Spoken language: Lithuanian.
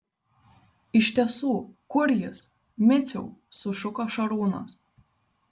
iš tiesų kur jis miciau sušuko šarūnas